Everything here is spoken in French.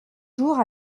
jours